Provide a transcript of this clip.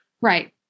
Right